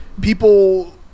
people